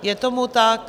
Je tomu tak.